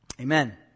amen